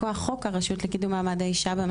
הרשות לקידום מעמד האישה הוקמה מכוח חוק